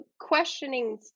questioning